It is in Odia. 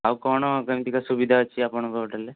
ଆଉ କ'ଣ କେମିତିକା ସୁବିଧା ଅଛି ଆପଣଙ୍କ ହୋଟେଲରେ